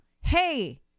hey